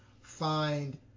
find